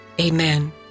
Amen